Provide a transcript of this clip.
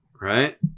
Right